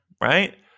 right